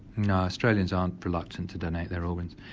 no, australians aren't reluctant to donate their organs,